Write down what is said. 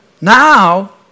Now